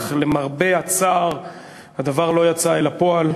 אך למרבה הצער הדבר לא יצא אל הפועל.